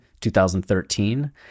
2013